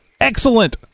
excellent